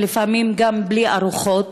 ולפעמים גם בלי ארוחות.